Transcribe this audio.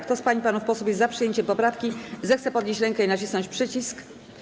Kto z pań i panów posłów jest za przyjęciem poprawki, zechce podnieść rękę i nacisnąć przycisk.